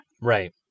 Right